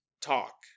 talk